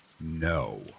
No